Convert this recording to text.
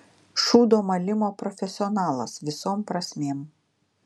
šūdo malimo profesionalas visom prasmėm